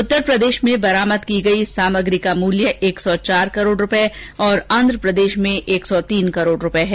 उत्तर प्रदेश में बरामद की गई इस सामग्री का मूल्य एक सौ चार करोड़ रुपये और आंध प्रदेश में एक सौ तीन करोड़ रुपये है